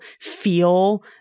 feel